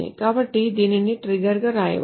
కాబట్టి దీనిని ట్రిగ్గర్గా వ్రాయవచ్చు